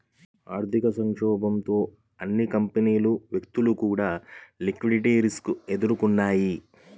ఆర్థిక సంక్షోభంతో అన్ని కంపెనీలు, వ్యక్తులు కూడా లిక్విడిటీ రిస్క్ ఎదుర్కొన్నయ్యి